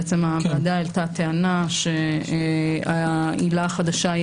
בעצם הוועדה העלתה טענה שהעילה החדשה היא